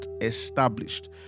established